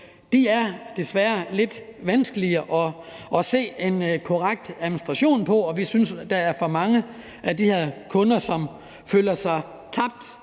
Det er desværre lidt vanskeligt at se en korrekt administration af dem, og vi synes, at der er for mange af de her kunder, som føler, at